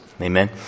Amen